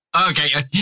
Okay